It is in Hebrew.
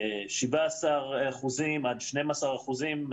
17 אחוזים עד 12 אחוזים.